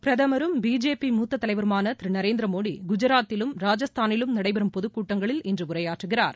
பிரதமரும் பிஜேபி மூத்தத் தலைவருமான திரு நரேந்திர மோடி குஜராத்திலும் ராஜஸ்தானிலும் நடைபெறும் பொதுக் கூட்டங்களில் இன்று உரையாற்றுகிறார்